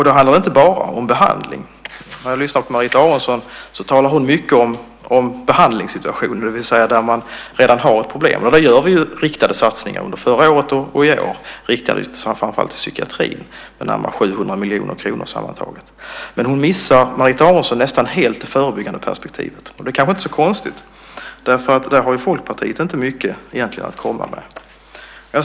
Då handlar det inte bara om behandling. Marita Aronson talar mycket om behandlingssituationen, när man redan har ett problem, och där gör vi ju riktade satsningar. Under förra året och i år riktade vi sammantaget närmare 700 miljoner kronor till framför allt psykiatrin. Men Marita Aronson missar nästan helt det förebyggande perspektivet. Det kanske inte är så konstigt, för där har ju Folkpartiet egentligen inte mycket att komma med.